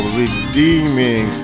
redeeming